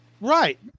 Right